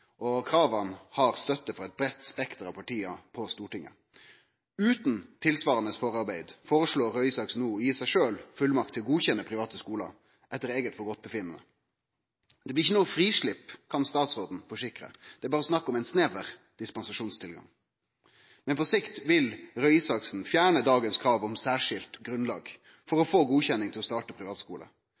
og krava har støtte frå eit breitt spekter av partia på Stortinget. Utan tilsvarande forarbeid føreslår Røe Isaksen no å gje seg sjølv fullmakt til å godkjenne private skular etter eige skjøn. Det blir ikkje noko «frislipp», kan statsråden forsikre, det er berre snakk om «en snever dispensasjonstilgang», men på sikt vil Røe Isaksen fjerne dagens krav om «særskilt grunnlag» for å få godkjenning til å starte